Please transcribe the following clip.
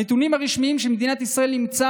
הנתונים הרשמיים שמדינת ישראל אימצה